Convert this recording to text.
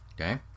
Okay